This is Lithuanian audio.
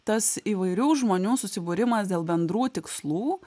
tas įvairių žmonių susibūrimas dėl bendrų tikslų